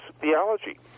theology